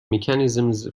mechanisms